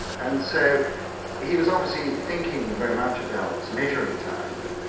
and so he was obviously thinking very much about measuring time,